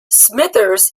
smithers